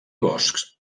boscs